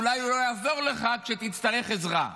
אולי הוא לא יעזור לך כשתצטרך עזרה.